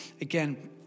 Again